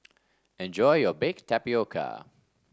enjoy your Baked Tapioca